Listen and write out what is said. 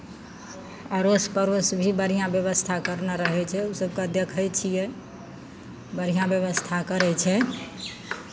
अड़ोस पड़ोस भी बढ़िआँ व्यवस्था करने रहै छै ओ सभकेँ देखै छियै बढ़िआँ व्यवस्था करै छै